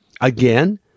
Again